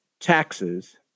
taxes